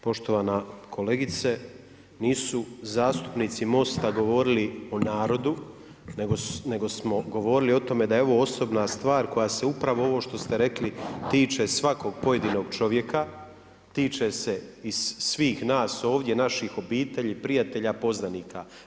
Poštovana kolegice, nisu zastupnici Mosta govorili o narodu, nego smo govorili o tome, da je ovo osobna stvar, koja se upravo, ovo što ste rekli, tiče svakog pojedinog čovjeka, tiče se i svih nas ovdje, naših obitelji, prijatelja, poznanika.